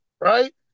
right